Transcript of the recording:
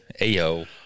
Ayo